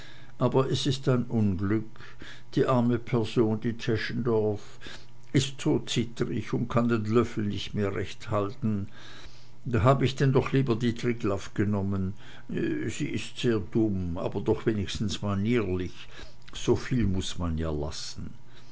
aber es ist ein unglück die arme person die teschendorf ist so zittrig und kann den löffel nicht recht mehr halten da hab ich denn doch lieber die triglaff genommen sie ist sehr dumm aber doch wenigstens manierlich soviel muß man ihr lassen